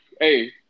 hey